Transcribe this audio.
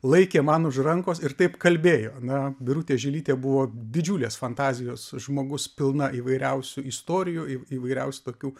laikė man už rankos ir taip kalbėjo na birutė žilytė buvo didžiulės fantazijos žmogus pilna įvairiausių istorijų įvairiausių tokių